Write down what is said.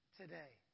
today